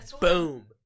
boom